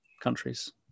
countries